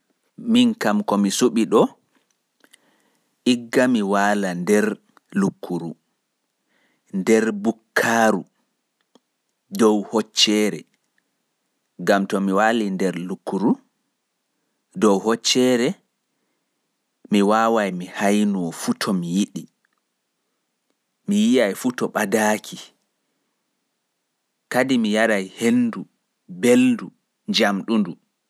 Ndikka mi waala nder lukuru dow hosere gam to mi wali nder lukuru dow hosere mi hainoto fuu to ɓadaaki, mi yarai henndu belndu kadi.